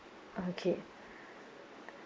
okay